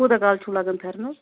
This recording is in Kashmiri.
کوٗتاہ کال چھُو لگن پھِرنَس